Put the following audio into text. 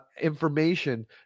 information